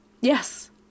Yes